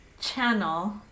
channel